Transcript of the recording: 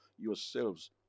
yourselves